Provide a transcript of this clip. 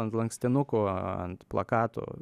ant lankstinukų ant plakatų